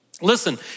Listen